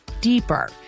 deeper